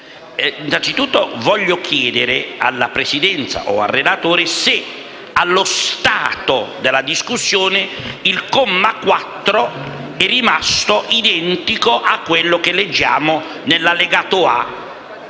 Innanzitutto, voglio chiedere alla Presidenza o al relatore se, allo stato della discussione, il comma 4 sia rimasto identico a quello che leggiamo nell'allegato A,